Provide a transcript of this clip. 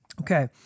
Okay